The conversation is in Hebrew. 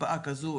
מרפאה כזו,